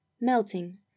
melting